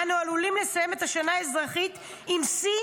אנו עלולים לסיים את השנה האזרחית עם שיא